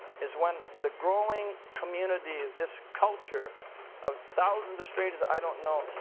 is when the growing community, this culture of thousands of strangers i don't know,